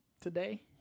today